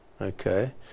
okay